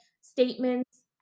statements